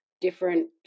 different